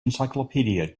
encyclopedia